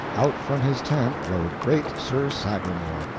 out from his tent rode great sir sagramor,